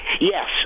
Yes